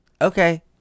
okay